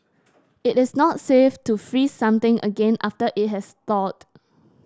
it is not safe to freeze something again after it has thawed